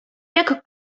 jak